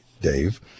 Dave